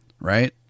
right